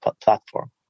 platform